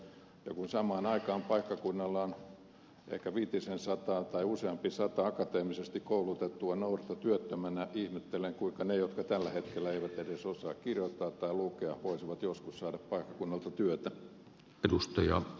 ja kun samaan aikaan paikkakunnalla on ehkä viitisensataa tai useampi sata akateemisesti koulutettua nuorta työttömänä ihmettelen kuinka ne jotka tällä hetkellä eivät edes osaa kirjoittaa tai lukea voisivat joskus saada paikkakunnalta työtä